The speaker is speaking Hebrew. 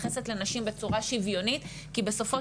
ומתייחסת לנשים בצורה שוויונית כי בסופו